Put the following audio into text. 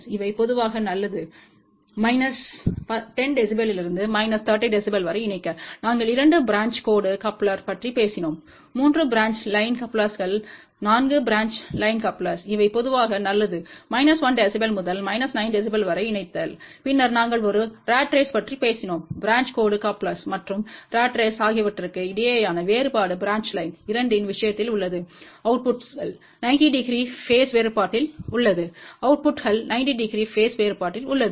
இவை பொதுவாக நல்லது மைனஸ் 1 dB முதல் மைனஸ் 9 dB வரை இணைத்தல்பின்னர் நாங்கள் ஒரு ராட் ரேஸ் பற்றி பேசினோம் பிரான்ச் கோடு கப்ளர் மற்றும் ராட் ரேஸ் ஆகியவற்றுக்கு இடையேயான வேறுபாடு பிரான்ச் லைன் 2 இன் விஷயத்தில் உள்ளது அவுட்புட்கள் 90 டிகிரி பேஸ் வேறுபாட்டில் உள்ளன